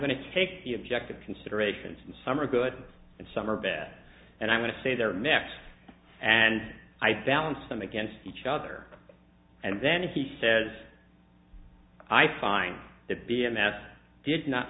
going to take the objective considerations and some are good and some are bad and i'm going to say they're mixed and i balance them against each other and then he says i find that v m s did not